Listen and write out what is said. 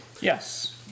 Yes